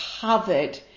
covered